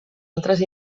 altres